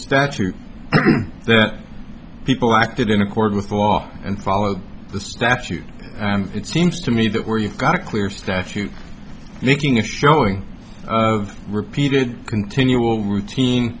statute that people acted in accord with the law and followed the statute and it seems to me that where you've got a clear statute making a showing of repeated continual routine